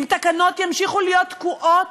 אם תקנות ימשיכו להיות תקועות,